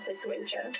situation